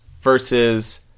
versus